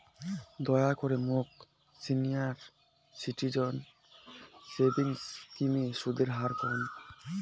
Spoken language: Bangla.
দয়া করে মোক সিনিয়র সিটিজেন সেভিংস স্কিমের সুদের হার কন